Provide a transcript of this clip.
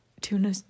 tuna